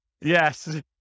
Yes